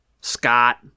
Scott